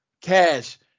cash